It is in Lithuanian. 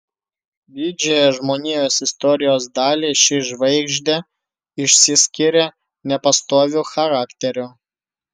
didžiąją žmonijos istorijos dalį ši žvaigždė išsiskyrė nepastoviu charakteriu